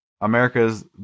America's